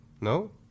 No